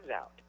out